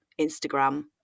instagram